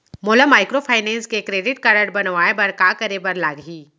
मोला माइक्रोफाइनेंस के credit card बनवाए बर का करे बर लागही?